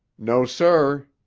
no, sir.